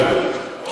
אתה יודע.